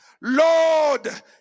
Lord